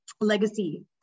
legacy